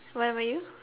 what about you